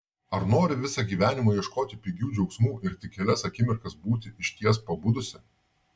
ar nori visą gyvenimą ieškoti pigių džiaugsmų ir tik kelias akimirkas būti išties pabudusi